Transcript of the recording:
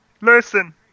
listen